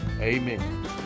amen